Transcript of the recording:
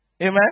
Amen